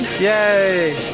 Yay